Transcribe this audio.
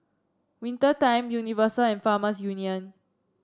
Winter Time Universal and Farmers Union